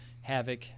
havoc